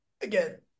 again